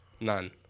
none